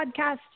podcast